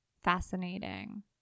fascinating